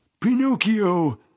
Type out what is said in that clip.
Pinocchio